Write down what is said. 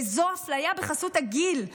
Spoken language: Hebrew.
וזאת אפליה בחסות הגיל.